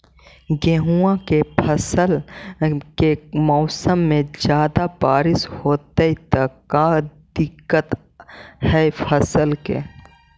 गेहुआ के फसल के मौसम में ज्यादा बारिश होतई त का दिक्कत हैं फसल के?